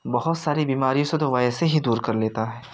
बहुत सरी बीमारियों से तो वैसे ही दूर कर देता है